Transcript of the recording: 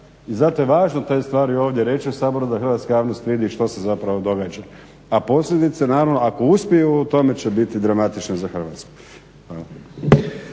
I zato je važno te stvari ovdje reći u Saboru da hrvatska javnost vidi što se zapravo događa, a posljedice naravno ako uspiju u tome će biti dramatične za Hrvatsku.